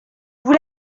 vous